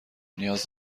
نیاز